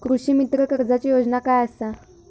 कृषीमित्र कर्जाची योजना काय असा?